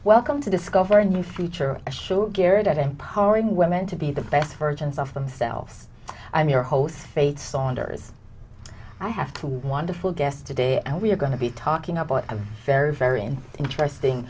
welcome to discover a new feature a show geared at empowering women to be the best versions of themselves i'm your host fetes saunders i have two wonderful guests today and we're going to be talking about a very very interesting